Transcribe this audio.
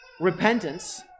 repentance